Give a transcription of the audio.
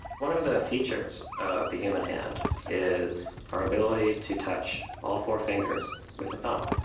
one of of the features of the human hand is our ability to touch all four fingers with the thumb.